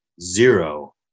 zero